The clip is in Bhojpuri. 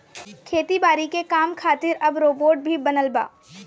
खेती बारी के काम खातिर अब रोबोट भी बनल बा